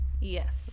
Yes